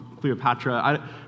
Cleopatra